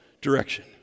direction